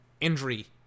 Injury